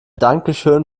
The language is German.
dankeschön